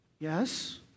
Yes